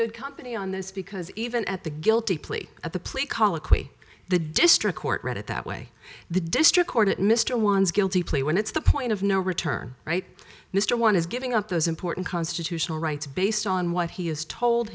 good company on this because even at the guilty plea at the plea colloquy the district court read it that way the district court it mr ones guilty plea when it's the point of no return right mr one is giving up those important constitutional rights based on what he is told